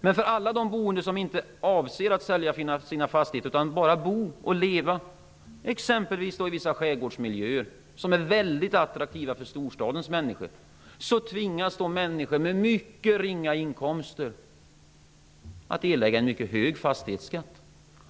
Det ställer till problem för alla de boende som inte avser att sälja sin fastighet utan bara bo och leva där, i exempelvis vissa skärgårdsmiljöer som är mycket attraktiva för storstadens människor. Det kan vara människor med ringa inkomster som tvingas erlägga en mycket hög fastighetsskatt.